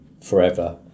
forever